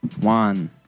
One